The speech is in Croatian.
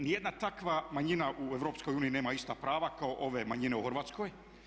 Ni jedna takva manjina u EU nema ista prava kao ove manjine u Hrvatskoj.